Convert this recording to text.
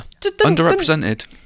underrepresented